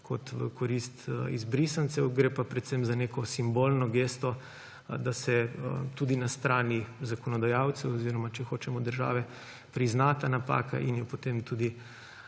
kot v korist izbrisancev. Gre pa predvsem za neko simbolno gesto, da se tudi na strani zakonodajalca oziroma, če hočemo, države prizna ta napaka in se jo potem tudi